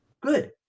Good